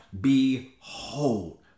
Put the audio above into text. Behold